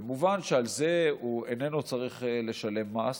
ומובן שעל זה הוא איננו צריך לשלם מס,